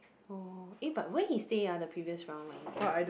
oh eh but where he stay ah the previous round when he go